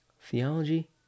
Theology